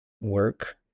work